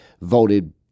voted